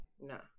no